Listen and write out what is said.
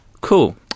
Cool